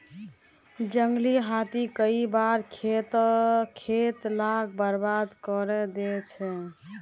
जंगली हाथी कई बार खेत लाक बर्बाद करे दे छे